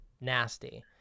nasty